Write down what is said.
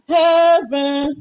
heaven